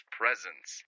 presence